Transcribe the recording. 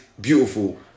beautiful